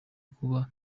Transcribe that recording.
kuba